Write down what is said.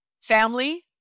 family